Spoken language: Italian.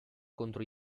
contro